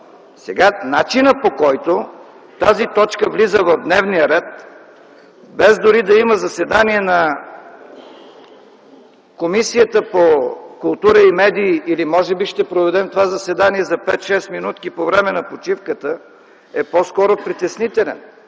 Сега начинът, по който тази точка влиза в дневния ред, без дори да има заседание на Комисията по културата и медиите или може би ще проведем това заседание за 5-6 минутки по време на почивката, е по-скоро притеснителен.